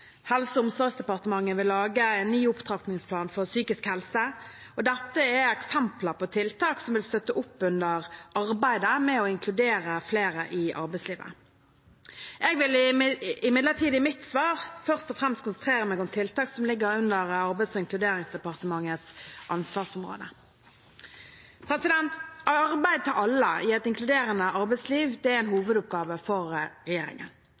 Helse- og omsorgsdepartementet vil lage en ny opptrappingsplan for psykisk helse. Dette er eksempler på tiltak som vil støtte opp under arbeidet med å inkludere flere i arbeidslivet. Jeg vil imidlertid i mitt svar først og fremst konsentrere meg om tiltak som ligger under Arbeids- og inkluderingsdepartementets ansvarsområde. Arbeid til alle i et inkluderende arbeidsliv er en hovedoppgave for regjeringen.